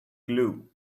glue